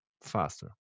faster